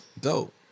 Dope